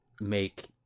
make